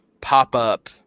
pop-up